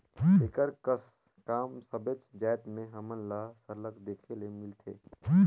एकर कस काम सबेच जाएत में हमन ल सरलग देखे ले मिलथे